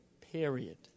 period